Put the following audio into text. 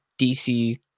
DC